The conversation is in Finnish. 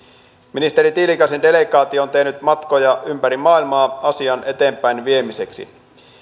ministeri tiilikaisen delegaatio on tehnyt matkoja ympäri maailmaa asian eteenpäinviemiseksi